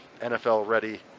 NFL-ready